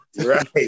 Right